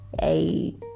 hey